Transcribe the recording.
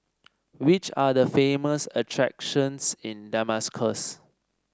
which are the famous attractions in Damascus